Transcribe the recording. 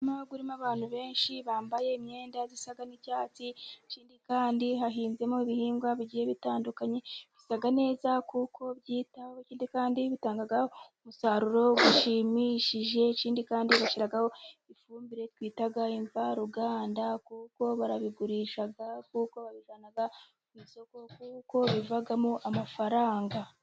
Umuririma urimo abantu benshi, bambaye imyenda isa n'icyatsi, ikindi kandi hahinzemo ibihingwa bigiye bitandukanye, bisa neza kuko babyitaho kandi bitanga umusaruro ushimishije, ikindi kandi bashyiraho ifumbire twita imvaruganda, kuko barabigurisha kuko babijyana ku isoko kuko bivamo amafaranga.